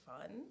fun